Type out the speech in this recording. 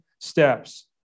steps